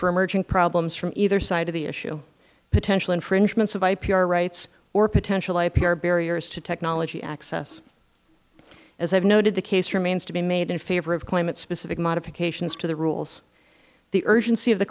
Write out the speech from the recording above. for emerging problems from either side of the issue potential infringement of ipr rights or potential ipr barriers to technology access as i have noted the case remains to be made in favor of climate specific modifications to the rules the urgency of the